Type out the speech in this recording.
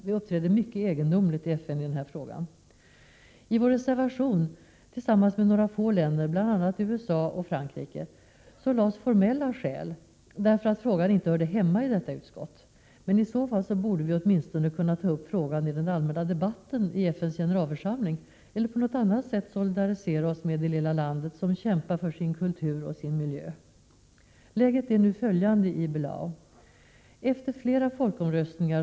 Vi uppträder mycket egendomligt i FN i denna fråga. Sverige har en reservation tillsammans med några få länder, bl.a. USA och Frankrike. Denna reservation lades av formella skäl, därför att frågan inte hörde hemma i det utskottet. I så fall borde vi emellertid åtminstone själva kunna ta upp frågan i den allmänna debatten i FN:s generalförsamling eller på något annat sätt solidarisera oss med det lilla landet som kämpar för sin kultur och för sin miljö. Läget är nu följande i Belau. USA har tvingat fram flera folkomröstningar.